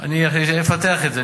אני אפתח את זה.